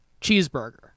cheeseburger